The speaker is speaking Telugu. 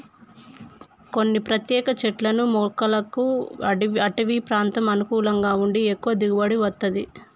కొన్ని ప్రత్యేక చెట్లను మొక్కలకు అడివి ప్రాంతం అనుకూలంగా ఉండి ఎక్కువ దిగుబడి వత్తది